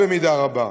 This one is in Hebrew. במידה רבה,